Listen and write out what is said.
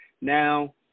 Now